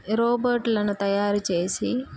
రోబోట్లను తయారుచేసి